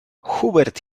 hubert